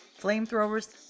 Flamethrowers